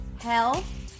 health